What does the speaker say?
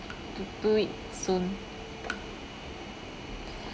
do it soon